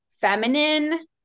feminine